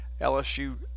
LSU